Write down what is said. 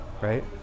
right